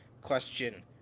question